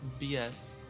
bs